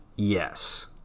Yes